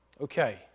okay